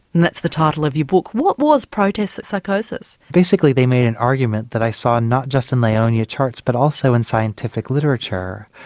and that's the title of your book. what was protest psychosis? basically they made an argument that i saw not just in my ionia charts but also in scientific literature,